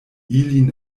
ilin